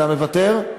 אתה מוותר?